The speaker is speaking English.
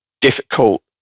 difficult